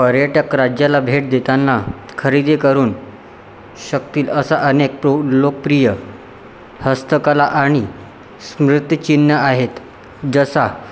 पर्यटक राज्याला भेट देताना खरेदी करून शकतील असं अनेक प्रौढ लोकप्रिय हस्तकला आणि स्मृतिचिन्हं आहेत जसा